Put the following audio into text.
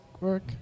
work